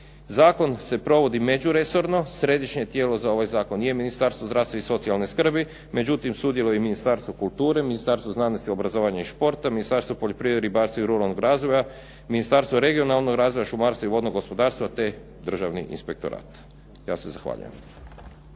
Zakon se provodi međuresorno. Središnje tijelo za ovaj zakon je Ministarstvo zdravstva i socijalne skrbi, međutim sudjeluje i Ministarstvo kulture, Ministarstvo znanosti, obrazovanja i športa, Ministarstvo poljoprivrede, ribarstva i ruralnog razvoja, Ministarstvo regionalnog razvoja, šumarstva i vodnog gospodarstva te Državni inspektorat. Ja se zahvaljujem.